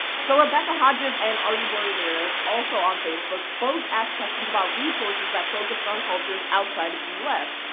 so rebecca hodges and artieboy ramirez, also on facebook both asked questions about resources that focused on cultures outside of the u s.